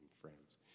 friends